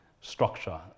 structure